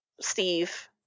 Steve